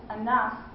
enough